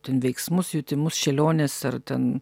ten veiksmus jutimus šėlionės ar ten